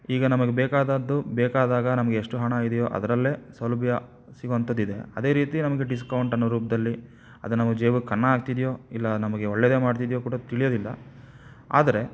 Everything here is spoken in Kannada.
ಈಗ ನಮಗೆ ಬೇಕಾದದ್ದು ಬೇಕಾದಾಗ ನಮ್ಗೆ ಎಷ್ಟು ಹಣ ಇದೆಯೋ ಅದರಲ್ಲೇ ಸೌಲಭ್ಯ ಸಿಗುವಂತದ್ದಿದೆ ಅದೇ ರೀತಿ ನಮಗೆ ಡಿಸ್ಕೌಂಟ್ ಅನ್ನೋ ರೂಪದಲ್ಲಿ ಅದು ನಾವು ಜೇಬಿಗೆ ಕನ್ನ ಹಾಕ್ತಿದೆಯೋ ಇಲ್ಲ ನಮಗೆ ಒಳ್ಳೆಯದೇ ಮಾಡ್ತಿದೆಯೋ ಕೂಡ ತಿಳಿಯೋದಿಲ್ಲ ಆದರೆ